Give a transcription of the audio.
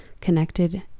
connected